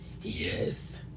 Yes